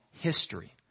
history